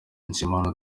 nshimiyimana